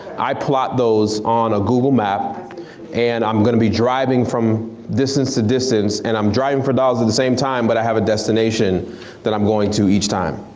i plot those on a google map and i'm gonna be driving from distance to distance and i'm driving for dollars at the same time but i have a destination that i'm going to each time.